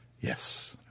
Yes